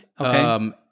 Okay